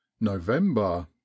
november